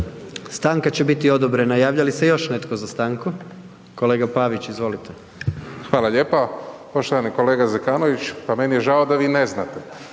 Stanka će biti odobrena, javlja li se još netko za stanku? Kolega Pavić izvolite. **Pavić, Marko (HDZ)** Hvala lijepo. Poštovani kolega Zekanović, pa meni je žao da vi ne znate,